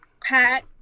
Pat